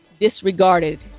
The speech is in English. disregarded